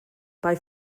bei